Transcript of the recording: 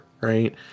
right